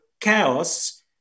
chaos